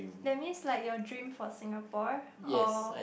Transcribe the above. that means like your dream for Singapore or